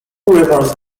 rivers